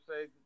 say